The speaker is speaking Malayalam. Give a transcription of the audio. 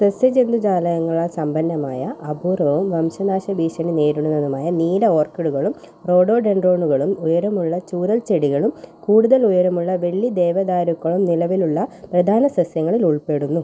സസ്യ ജന്തു ജാലകങ്ങളാൽ സമ്പന്നമായ അപൂർവവും വംശനാശ ഭീഷണി നേരിടുന്നതുമായ നീല ഓർക്കിഡുകളും റോഡോഡെൻഡ്രോഡുകളും ഉയരമുള്ള ചൂരല്ച്ചെടികളും കൂടുതല് ഉയരമുള്ള വെള്ളി ദേവദാരുക്കളും നിലവിലുള്ള പ്രധാന സസ്യങ്ങളിൽ ഉൾപ്പെടുന്നു